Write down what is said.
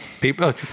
People